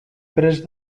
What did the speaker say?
prest